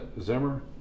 zimmer